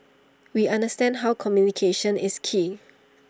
we understand how communication is key